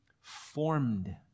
formed